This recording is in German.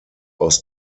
aus